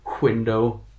window